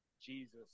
Jesus